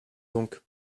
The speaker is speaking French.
donc